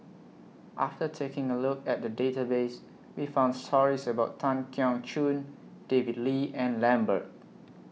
after taking A Look At The Database We found stories about Tan Keong Choon David Lee and Lambert